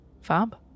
Fab